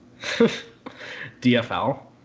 DFL